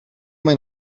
mijn